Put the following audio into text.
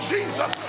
Jesus